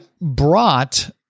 brought